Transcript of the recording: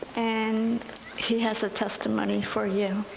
and he has a testimony for you.